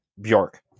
Bjork